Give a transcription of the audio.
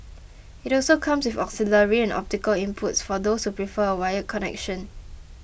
it also comes with auxiliary and optical inputs for those who prefer a wired connection